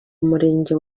umurenge